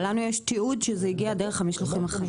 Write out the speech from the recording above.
אבל לנו יש תיעוד שזה הגיע דרך המשלוחים החיים.